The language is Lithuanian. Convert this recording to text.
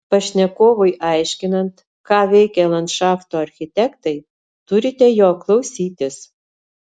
pašnekovui aiškinant ką veikia landšafto architektai turite jo klausytis